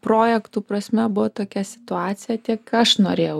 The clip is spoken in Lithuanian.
projektų prasme buvo tokia situacija tiek aš norėjau